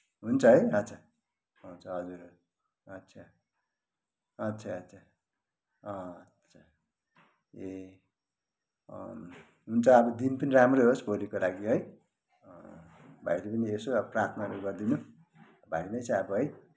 हुन्छ है आच्छा हुन्छ हजुर आच्छा आच्छा आच्छा ए हुन्छ अब दिन पनि राम्रै होस् भोलिको लागि है भाइले पनि प्रार्थनाहरू गरिदिनु भाइले नै चाहिँ अब है